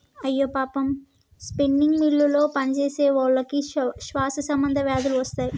అయ్యో పాపం స్పిన్నింగ్ మిల్లులో పనిచేసేవాళ్ళకి శ్వాస సంబంధ వ్యాధులు వస్తాయి